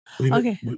okay